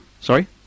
Sorry